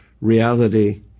reality